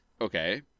Okay